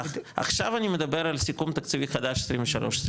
ברור, עכשיו אני מדבר על סיכום תקציבי חדש 23-24,